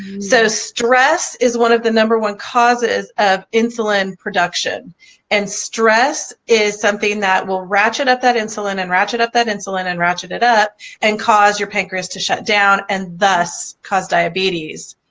so stress is one of the number one causes of insulin production and stress is something that will ratchet up that insulin and ratchet up that insulin and ratchet it up and cause your pancreas to shut down and thus cause diabetes.